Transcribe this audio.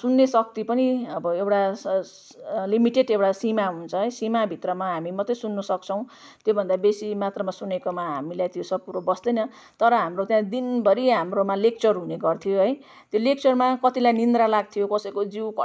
सुन्ने शक्ति पनि अब एउटा स स लिमिटेड एउटा सीमा हुन्छ है सीमाभित्रमा हामी मात्रै सुन्नु सक्छौँ त्योभन्दा बेसी मात्रामा सुनेकोमा हामीलाई त्यो सब कुरो बस्दैन तर हाम्रो त्यहाँ दिनभरि हाम्रोमा लेक्चर हुने गर्थ्यो है त्यो लेक्चरमा कतिलाई निद्रा लाग्थ्यो कसैको जिउ कट्